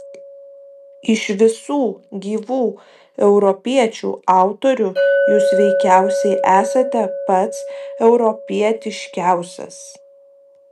iš visų gyvų europiečių autorių jūs veikiausiai esate pats europietiškiausias